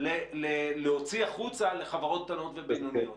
להוציא החוצה לחברות קטנות ובינוניות.